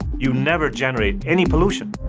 you never generate any pollution.